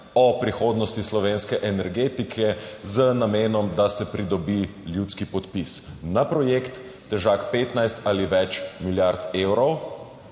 o prihodnosti slovenske energetike z namenom, da se pridobi ljudski podpis na projekt, težak 15 ali več milijard evrov,